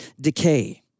decay